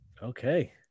Okay